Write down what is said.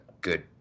good